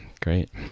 great